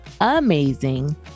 amazing